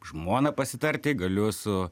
žmona pasitarti galiu su